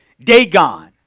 Dagon